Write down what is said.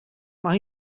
mae